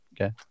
Okay